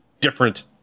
different